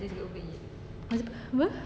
apa